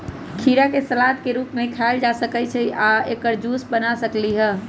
खीरा के सलाद के रूप में खायल जा सकलई ह आ हम एकर जूस बना सकली ह